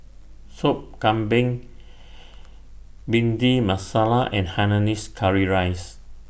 Sop Kambing Bhindi Masala and Hainanese Curry Rice